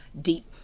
deep